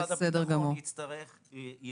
משרד הביטחון יפנה